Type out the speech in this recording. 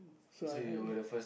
so I had